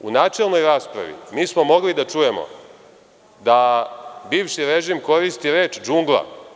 U načelnoj raspravi smo mogli da čujemo da bivši režim koristi reč – džungla.